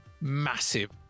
massive